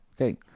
Okay